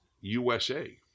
USA